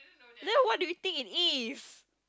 then what do you think it is